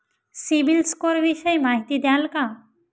CIBIL score विषयी माहिती द्याल का?